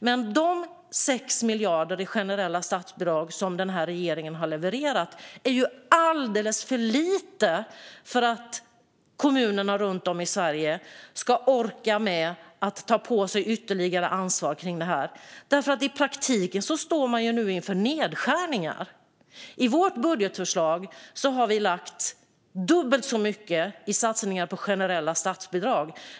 Men de 6 miljarder i generella statsbidrag som den här regeringen har levererat är alldeles för lite för att kommunerna runt om i Sverige ska orka med att ta på sig ytterligare ansvar för detta, för i praktiken står man nu inför nedskärningar. I vårt budgetförslag har vi lagt dubbelt så mycket i satsningar på generella statsbidrag.